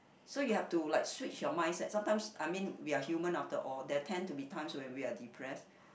so you have to like switch your mindset sometime I mean we are human of the all they tend to be times when we are depress